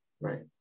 Right